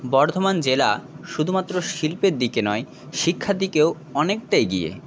বর্ধমান জেলা শুধুমাত্র শিল্পের দিকে নয় শিক্ষার দিকেও অনেকটা এগিয়ে